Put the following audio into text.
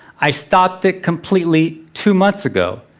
i stopped it completely two months ago.